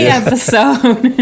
episode